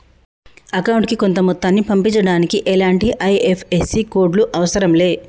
అకౌంటుకి కొంత మొత్తాన్ని పంపించడానికి ఎలాంటి ఐ.ఎఫ్.ఎస్.సి కోడ్ లు అవసరం లే